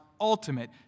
ultimate